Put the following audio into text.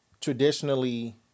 traditionally